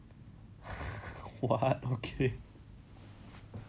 what okay